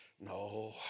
No